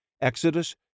Exodus